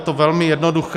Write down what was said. Je to velmi jednoduché.